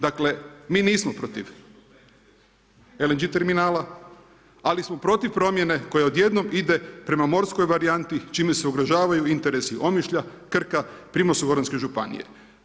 Dakle mi nismo protiv LNG terminala, ali smo protiv promjene koja odjednom ide prema morskoj varijanti čime se ugrožavaju interesi Omišlja, Krka, Primorsko-goranske županije.